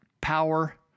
power